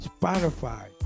Spotify